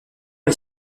est